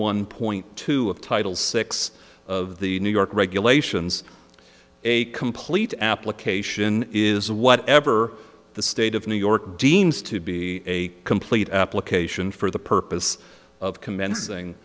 one point two of title six of the new york regulations a complete application is whatever the state of new york deems to be a complete application for the purpose of commencing